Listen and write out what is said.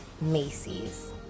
Macy's